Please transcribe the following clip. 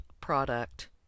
product